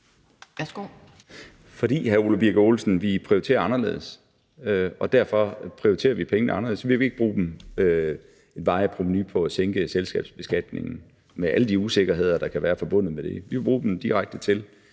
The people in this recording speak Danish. Birk Olesen, vi prioriterer anderledes, og derfor prioriterer vi pengene anderledes. Vi vil ikke bruge et varigt provenu på at sænke selskabsbeskatningen med alle de usikkerheder, der kan være forbundet med det. Vi vil bruge dem direkte til